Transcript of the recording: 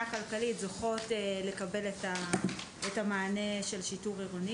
כלכלית זוכות לקבל את המענה של שיטור עירוני.